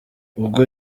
ubwo